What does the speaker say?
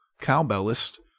cowbellist